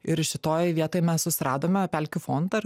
ir šitoj vietoj mes susiradome pelkių fondą ir